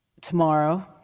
tomorrow